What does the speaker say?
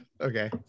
okay